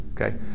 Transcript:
Okay